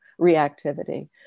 reactivity